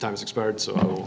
time's expired so